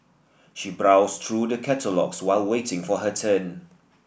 she brows through the catalogues while waiting for her turn